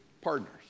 Partners